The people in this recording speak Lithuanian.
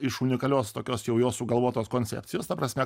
iš unikalios tokios jau jo sugalvotos koncepcijos ta prasme